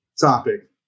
topic